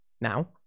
Now